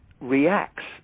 reacts